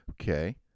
Okay